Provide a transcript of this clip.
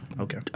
Okay